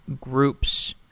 groups